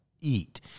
eat